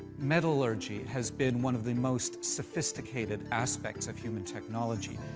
metallurgy has been one of the most sophisticated aspects of human technology,